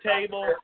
table